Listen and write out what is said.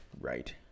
right